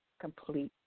complete